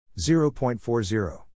0.40